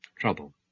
trouble